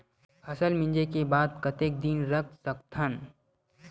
फसल मिंजे के बाद कतेक दिन रख सकथन?